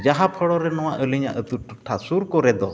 ᱡᱟᱦᱟᱸ ᱯᱷᱚᱲᱚᱨᱮ ᱱᱚᱣᱟ ᱟᱞᱤᱧᱟᱜ ᱟᱹᱛᱩ ᱴᱚᱴᱷᱟ ᱥᱩᱨ ᱠᱚᱨᱮ ᱫᱚ